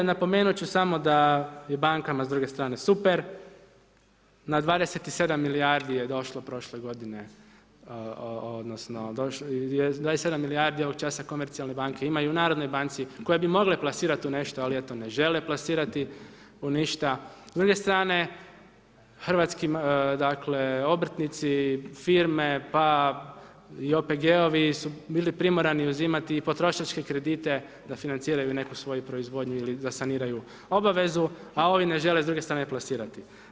Napomenut ću samo da je bankama s druge strane super, na 27 milijardi je došlo prole godine, odnosno, 27 milijardi ovog časa komercijalne banke imaju u Narodnoj banci, koje bi mogle plasirati u nešto, ali eto ne žele plasirati u ništa, s druge strane hrvatski dakle, obrtnici, firme, pa i OPG-ovi su bili primorani uzimati i potrošačke kredite da financiraju neku svoju proizvodnju ili da saniraju obavezu, a ovi ne žele s druge strane plasirati.